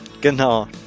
Genau